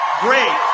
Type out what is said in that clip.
great